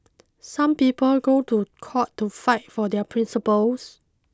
some people go to court to fight for their principles